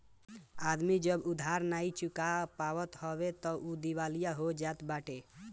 आदमी जब उधार नाइ चुका पावत हवे तअ उ दिवालिया हो जात बाटे